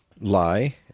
lie